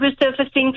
resurfacing